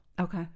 Okay